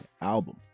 album